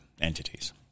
entities